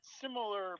similar